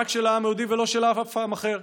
רק של העם היהודי ולא של אף עם אחר.